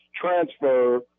transfer